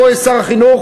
פה יש שר החינוך,